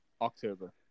October